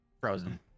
frozen